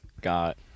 got